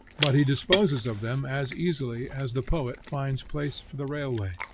but he disposes of them as easily as the poet finds place for the railway.